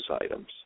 items